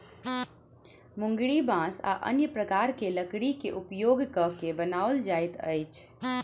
मुंगरी बाँस आ अन्य प्रकारक लकड़ीक उपयोग क के बनाओल जाइत अछि